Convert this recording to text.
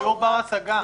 דיור בר-השגה.